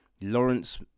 Lawrence